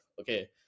okay